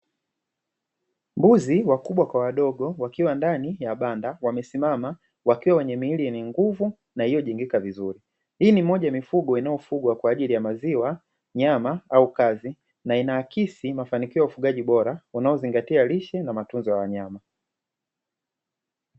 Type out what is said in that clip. Mbuzi wakubwa kwa wadogo wakiwa ndani ya banda wamesimama wakiwa wenye miili yenye nguvu na iliyojengeka vizuri, hii moja ya mifugo inayofugwa kwa ajili ya maziwa, nyama au kazi na inaakisi mafaniko ya ufugaji bora unaozingatia lishe na utunzaji wa wanyama.